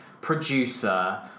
producer